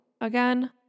again